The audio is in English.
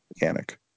mechanic